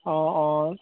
অঁ অঁ